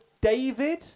David